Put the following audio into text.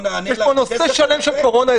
יש פה נושא שלם של קורונה,